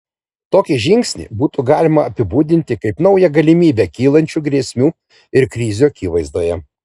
tokį žingsnį būtų galima apibūdinti kaip naują galimybę kylančių grėsmių ir krizių akivaizdoje